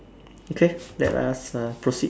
okay let's us uh proceed